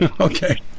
Okay